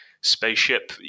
spaceship